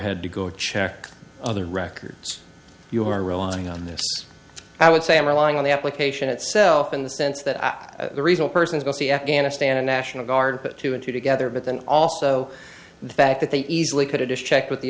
had to go check other records you are relying on this i would say i'm relying on the application itself in the sense that the reason persons go see afghanistan a national guard put two and two together but then also the fact that they easily could have just checked with the